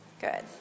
Good